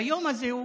והיום הזה הוא